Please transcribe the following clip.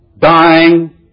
dying